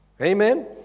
Amen